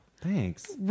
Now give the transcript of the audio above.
Thanks